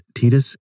Titus